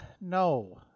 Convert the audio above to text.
No